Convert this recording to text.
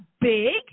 big